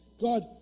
God